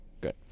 good